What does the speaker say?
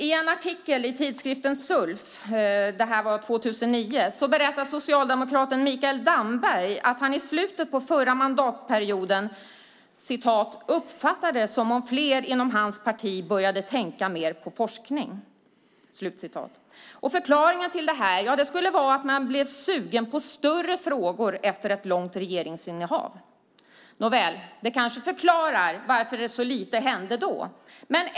I en artikel i tidskriften Sulf från 2009 berättar socialdemokraten Mikael Damberg att han i slutet av förra mandatperioden "uppfattade det som att fler inom hans parti började tänka mer på forskning". Förklaringen till detta skulle vara att man blev sugen på större frågor efter ett långt regeringsinnehav. Det kanske förklarar varför så lite hände då.